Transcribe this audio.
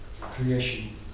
creation